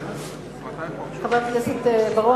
חבר הכנסת בר-און,